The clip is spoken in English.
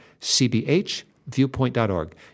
cbhviewpoint.org